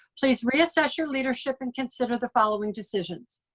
please reassess your leadership and consider the following decisions.